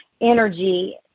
energy